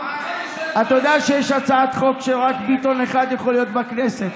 אתה יודע שיש הצעת חוק שרק ביטון אחד יכול להיות בכנסת,